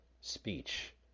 speech